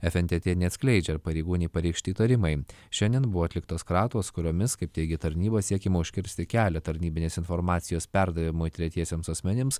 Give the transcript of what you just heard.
fntt neatskleidžia ar pareigūnei pareikšti įtarimai šiandien buvo atliktos kratos kuriomis kaip teigia tarnyba siekiama užkirsti kelią tarnybinės informacijos perdavimui tretiesiems asmenims